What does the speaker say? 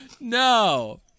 No